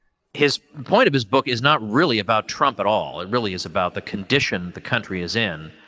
his point of his book is not really about trump at all. it really is about the condition the country is in,